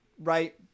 right